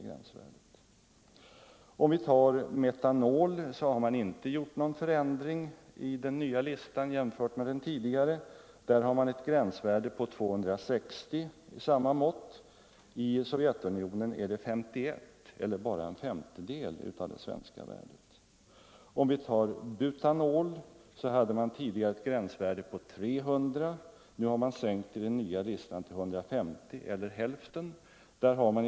Vad beträffar metanol har man i den nya listan inte gjort någon förändring av gränsvärdet, som är 260 mg. I Sovjetunionen har man bara S1 mg eller ungefär en femtedel av det svenska värdet. För butanol hade man tidigare ett gränsvärde på 300 mg. På den nya listan är gränsvärdet 150 mg eller hälften av det tidigare.